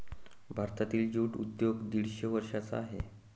भारतातील ज्यूट उद्योग दीडशे वर्षांचा आहे